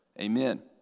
Amen